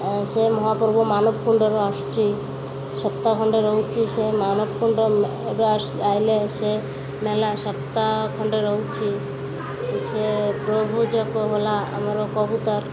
ସେ ମହାପର୍ବ ମାନବ କୁୁଣ୍ଡରୁ ଆସୁଛି ସପ୍ତାହ ଖଣ୍ଡେ ରହୁଛି ସେ ମାନବ କୁୁଣ୍ଡ ଆସିଲେ ସେ ମେଳା ସପ୍ତା ଖଣ୍ଡେ ରହୁଛି ସେ ପ୍ରଭୁଜକ ହେଲା ଆମର କବୁତର